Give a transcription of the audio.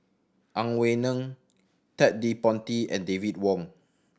Ang Wei Neng Ted De Ponti and David Wong